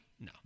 no